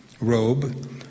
robe